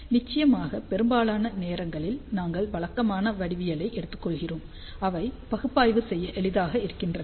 நிச்சயமாக பெரும்பாலான நேரங்களில் நாங்கள் வழக்கமான வடிவவியலை எடுத்துக்கொள்கிறோம் அவை பகுப்பாய்வு செய்ய எளிதாக இருக்கின்றன